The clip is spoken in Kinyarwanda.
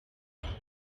james